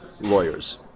lawyers